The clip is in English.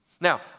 Now